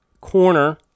Corner